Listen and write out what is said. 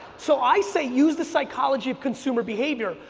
so i say use the psychology of consumer behavior.